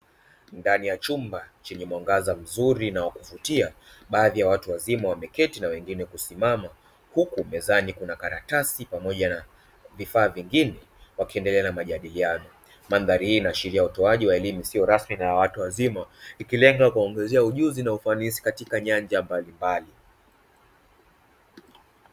Ndani ya chumba chenye mwangaza mzuri na wakuvutia, baadhi ya watu wazima wameketi na wengine kusimama, huku mezani kuna karatasi pamoja na vifaa vingine, wakiendelea na majadiliano. Mandhari hii inaashiria utoaji wa elimu isiyo rasmi na ya watu wazima, ikilenga kuwaongezea ujuzi na ufanisi katika nyanja mbalimbali.